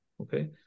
Okay